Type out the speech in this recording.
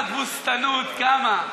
איי, כמה תבוסתנות, כמה.